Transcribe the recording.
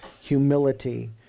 humility